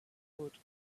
good